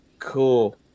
cool